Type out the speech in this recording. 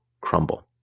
crumble